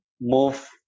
move